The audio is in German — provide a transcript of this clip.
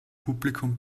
publikum